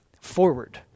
forward